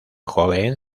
joven